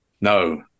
no